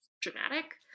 dramatic